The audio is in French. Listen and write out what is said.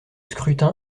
scrutin